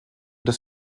des